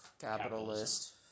capitalist